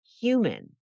human